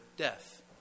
death